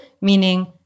meaning